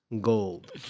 gold